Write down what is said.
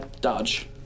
Dodge